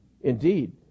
Indeed